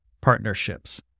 partnerships